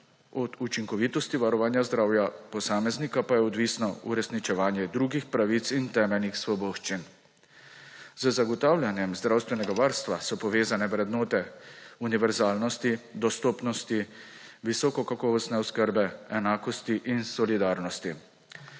od učinkovitosti varovanja zdravja posameznika pa je odvisno uresničevanje drugih pravic in temeljnih svoboščin. Z zagotavljanjem zdravstvenega varstva so povezane vrednote univerzalnosti, dostopnosti, visoko kakovostne oskrbe, enakosti in solidarnosti.